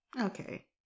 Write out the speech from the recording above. Okay